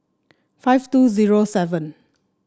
five two zero seven